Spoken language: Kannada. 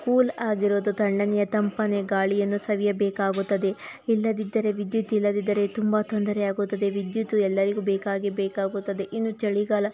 ಕೂಲ್ ಆಗಿರೋದು ತಣ್ಣನೆಯ ತಂಪನೆಯ ಗಾಳಿಯನ್ನು ಸವಿಯಬೇಕಾಗುತ್ತದೆ ಇಲ್ಲದಿದ್ದರೆ ವಿದ್ಯುತ್ ಇಲ್ಲದಿದ್ದರೆ ತುಂಬ ತೊಂದರೆಯಾಗುತ್ತದೆ ವಿದ್ಯುತ್ ಎಲ್ಲರಿಗೂ ಬೇಕಾಗೇ ಬೇಕಾಗುತ್ತದೆ ಇನ್ನು ಚಳಿಗಾಲ